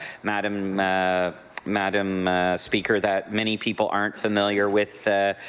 madam madam speaker, that many people aren't familiar with ah